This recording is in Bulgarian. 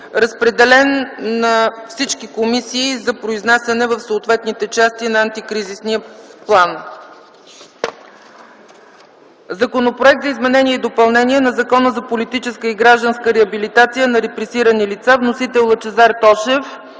Разпределен е на всички комисии за произнасяне в съответните части на антикризисния план. Законопроект за изменение и допълнение на Закона за политическа и гражданска реабилитация на репресирани лица. Вносител е Лъчезар Тошев.